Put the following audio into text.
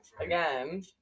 again